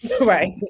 right